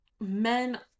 men